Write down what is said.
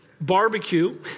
barbecue